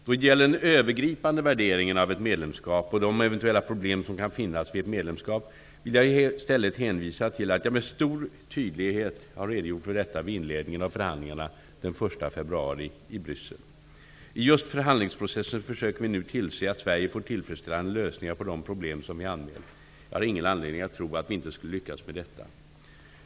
Då det gäller den övergripande värderingen av ett medlemskap och de eventuella problem som kan finnas vid ett medlemskap vill jag i stället hänvisa till att jag med stor tydlighet har redogjort för detta vid inledningen av förhandlingarna den 1 februari i Bryssel. I just förhandlingsprocessen försöker vi nu tillse att Sverige får tillfredsställande lösningar på de problem som vi anmält. Jag har ingen anledning att tro att vi inte skulle lyckas med detta.